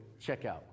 checkout